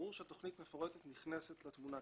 ברור שתכנית מפורטת נכנסת לתמונה.